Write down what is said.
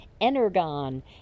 Energon